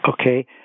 Okay